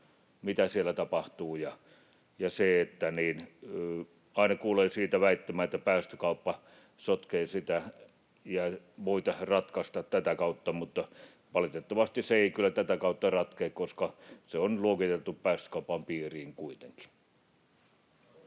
mitä siellä tapahtuu. Aina kuulee väittämää, että päästökauppa sotkee, ettei sitä ja tätä voida ratkaista tätä kautta, mutta valitettavasti se ei kyllä tätä kautta ratkea, koska turve on kuitenkin luokiteltu päästökaupan piiriin. Kiitoksia.